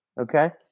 Okay